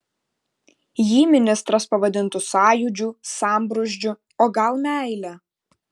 jį ministras pavadintų sąjūdžiu sambrūzdžiu o gal meile